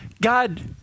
God